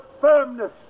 firmness